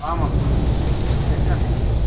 आमां यच्छामि सत्यं